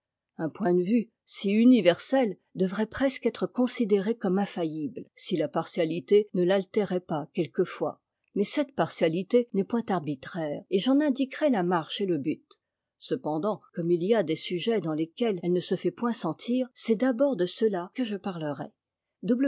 un point de vue si universel devrait presque être considéré comme infaillible si la partialité ne l'altérait pas quelquefois mais cette partialité n'est point arbitraire et j'en indiquerai la marche et te but cependant comme il y a des sujets dans lesquels elle ne se fait point sentir c'est d'abord de ceux tà que je parlerai